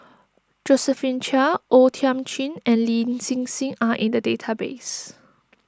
Josephine Chia O Thiam Chin and Lin Hsin Hsin are in the database